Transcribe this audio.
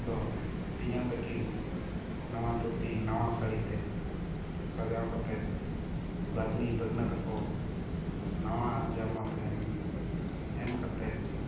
ᱫᱚ ᱛᱤᱧᱟᱝ ᱛᱟᱠᱤᱱ ᱱᱟᱣᱟ ᱫᱷᱩᱛᱤ ᱱᱟᱣᱟ ᱥᱟᱹᱲᱤᱛᱮ ᱥᱟᱡᱟᱣ ᱠᱟᱛᱮ ᱵᱷᱟᱹᱜᱽᱱᱤ ᱵᱷᱟᱹᱜᱽᱱᱟᱹ ᱛᱟᱠᱚ ᱱᱟᱣᱟ ᱡᱟᱢᱟ ᱯᱮᱱ ᱮᱢ ᱠᱟᱛᱮ